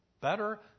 Better